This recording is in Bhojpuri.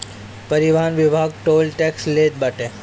परिवहन विभाग टोल टेक्स लेत बाटे